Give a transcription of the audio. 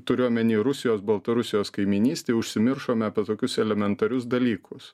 turiu omeny rusijos baltarusijos kaimynystėj užsimiršome apie tokius elementarius dalykus